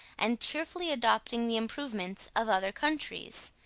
and cheerfully adopting the improvements of other countries,